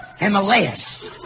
Himalayas